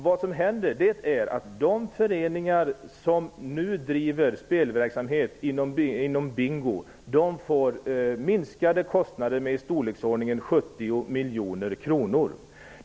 Vad som händer är att de föreningar som nu driver spelverksamhet med bingo får minskade kostnader med i storleksordningen 70 miljoner kronor.